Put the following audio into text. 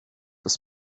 was